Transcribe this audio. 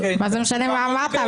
לא נשמע את שטרית?